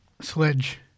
sledge